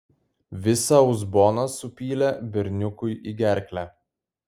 visą uzboną supylė berniukui į gerklę